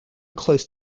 close